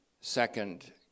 second